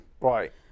right